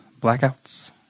blackouts